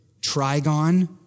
trigon